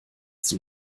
zum